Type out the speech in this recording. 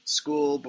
school